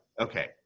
Okay